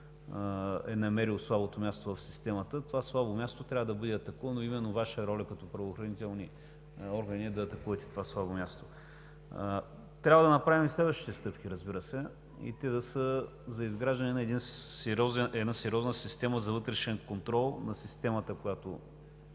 е намерил слабото място в системата. Това слабо място трябва да бъде атакувано и именно Вашата роля е, като правоохранителни органи, да атакувате това слабо място. Трябва да направим следващите стъпки, разбира се, и те да са за изграждане на една сериозна система за вътрешен контрол на системата, която